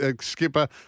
skipper